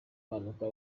mpanuka